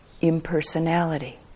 impersonality